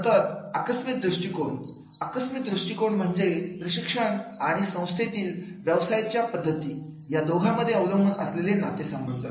नंतर आकस्मित दृष्टीकोण आकस्मित दृष्टिकोन म्हणजे प्रशिक्षण आणि आणि संस्थेतील व्यवसायाच्या पद्धती या दोघांमध्ये अवलंबून असलेले नातेसंबंध होय